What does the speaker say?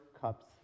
cups